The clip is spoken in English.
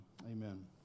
amen